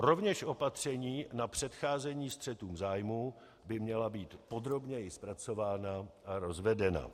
Rovněž opatření na předcházení střetům zájmů by měla být podrobněji zpracována a rozvedena.